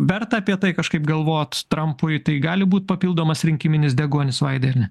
verta apie tai kažkaip galvot trampui tai gali būt papildomas rinkiminis deguonis vaidai ar ne